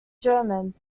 german